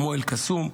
כמו אל-קסום,